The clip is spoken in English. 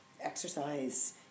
exercise